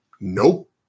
Nope